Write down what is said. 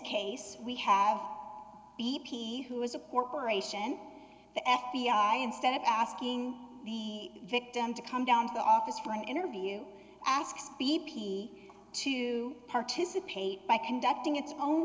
case we have b p who is a corporation the f b i instead of asking the victim to come down to the office for an interview ask b p to participate by conducting its own